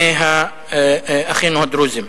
מאחינו הדרוזים.